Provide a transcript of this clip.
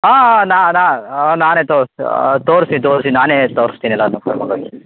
ಹಾಂ ಹಾಂ ನಾ ನಾ ನಾನೇ ತೋರ್ ತೋರಿಸಿ ತೋರಿಸಿ ನಾನೇ ತೋರಿಸ್ತೀನಿ ಎಲ್ಲದನ್ನೂ ಕರ್ಕೊಂಡೋಗಿ